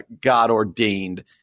God-ordained